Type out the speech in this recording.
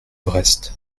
brest